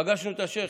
פגשנו את השייח'